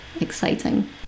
exciting